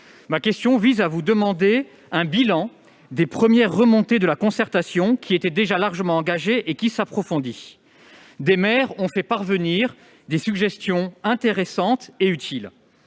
Ma question vise à vous demander un bilan des premières remontées de la concertation, qui était déjà largement engagée et qui s'approfondit. Des maires ont fait parvenir des suggestions intéressantes et utiles.